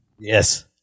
Yes